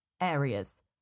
areas